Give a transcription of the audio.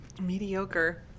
Mediocre